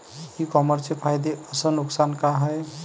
इ कामर्सचे फायदे अस नुकसान का हाये